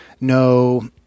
no